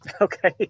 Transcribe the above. Okay